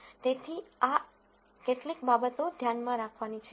તેથી આ કેટલીક બાબતો ધ્યાનમાં રાખવાની છે